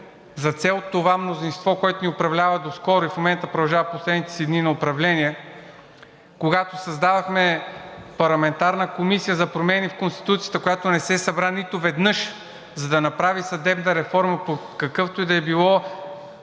за цел това мнозинство, което ни управлява доскоро и в момента продължава в последните дни на управление, когато създадохме парламентарна комисия за промени в Конституцията, която не се събра нито веднъж, за да направи съдебна реформа по какъвто и да било претекст